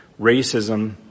racism